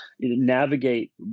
navigate